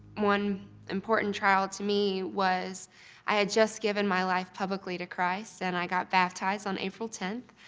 one important trial to me was i had just given my life publicly to christ, and i got baptized on april tenth,